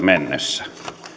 mennessä